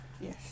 Yes